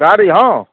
गाड़ी हँ